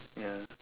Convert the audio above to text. ya